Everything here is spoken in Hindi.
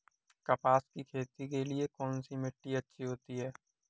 कपास की खेती के लिए कौन सी मिट्टी अच्छी होती है?